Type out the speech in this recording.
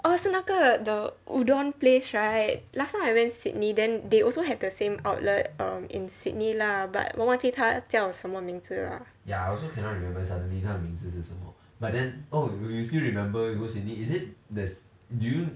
orh 是那个 the udon place right last time I went sydney then they also have the same outlet um in sydney lah but 我忘记它叫什么名字 lah